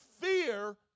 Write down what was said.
Fear